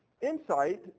insight